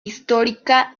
histórica